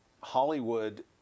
Hollywood